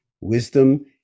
wisdom